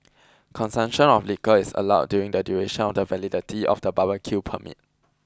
consumption of liquor is allowed during the duration of the validity of the barbecue permit